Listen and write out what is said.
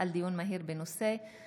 דיון מהיר בהצעתם